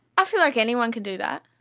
i feel like anyone could do that.